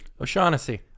O'Shaughnessy